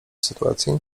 sytuacji